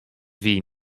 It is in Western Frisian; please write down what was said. wie